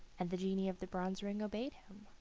and the genii of the bronze ring obeyed him.